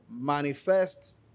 Manifest